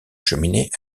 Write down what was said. cheminée